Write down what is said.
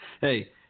Hey